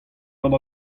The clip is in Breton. gant